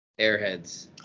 Airheads